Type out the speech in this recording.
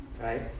Right